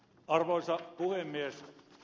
arvoisa puhemies